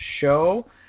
show